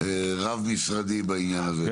רב-משרדי בעניין הזה.